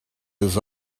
his